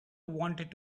wanted